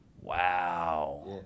Wow